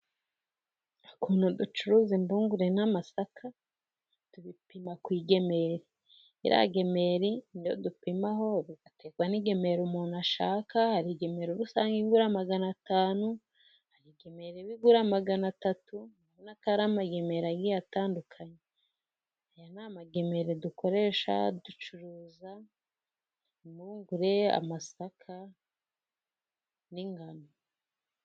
Ukuntu ducuruza imbungure n'amasaka, tubipima ku ingemeri, iriya ngemeri ni iyo dupimaho, bitegwa n'ingimera umuntu ashaka, hari igimeri uba usanga igura magana atanu, hari ingemeri iba igura magana atatu, urabonako aba ari amagemeri atandukanye, aya ni amagemeri dukoresha, ducuruza impungure, amasaka, n'ingano.